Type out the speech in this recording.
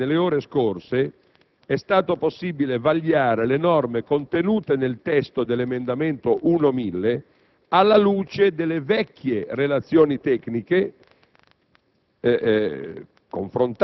Tanto che, signor Presidente, nelle ore scorse è stato possibile vagliare le norme contenute nel testo dell'emendamento 1.1000 alla luce delle vecchie relazioni tecniche,